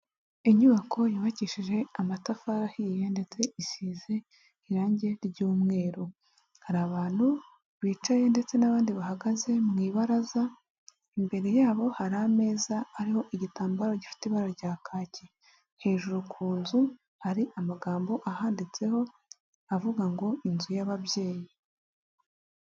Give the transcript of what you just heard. Inyubako yubakishije amatafari ahiye ndetse isize irange ry'umweru, hari abantu bicaye ndetse n'abandi bahagaze mu ibaraza, imbere yabo hari ameza ariho igitambaro gifite ibara rya kake, hejuru ku nzu hari amagambo ahanditseho avuga ngo inzu y'ababyeyi.